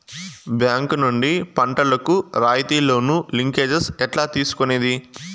Bank నుండి పంటలు కు రాయితీ లోను, లింకేజస్ ఎట్లా తీసుకొనేది?